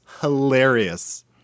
hilarious